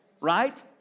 right